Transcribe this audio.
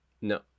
No